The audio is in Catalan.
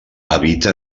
habita